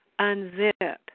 unzip